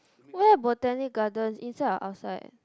where Botanic-Gardens inside or outside